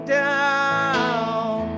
down